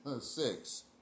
six